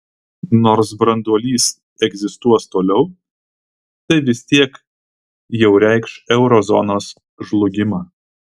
nors branduolys egzistuos toliau tai vis tiek jau reikš euro zonos žlugimą